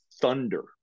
thunder